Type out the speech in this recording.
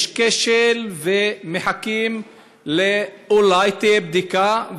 יש כשל ומחכים שאולי תהיה בדיקה.